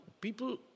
people